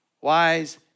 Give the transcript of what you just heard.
wise